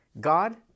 God